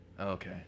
Okay